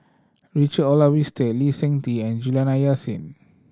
Richard Olaf Winstedt Lee Seng Tee and Juliana Yasin